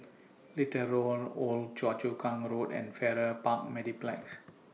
Little Road Old Choa Chu Kang Road and Farrer Park Mediplex